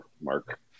Mark